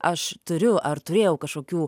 aš turiu ar turėjau kažkokių